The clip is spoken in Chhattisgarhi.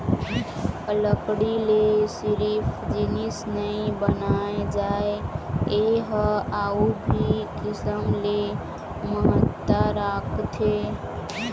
लकड़ी ले सिरिफ जिनिस नइ बनाए जाए ए ह अउ भी किसम ले महत्ता राखथे